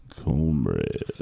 Cornbread